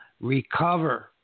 recover